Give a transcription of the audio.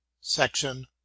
Section